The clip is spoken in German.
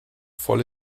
voll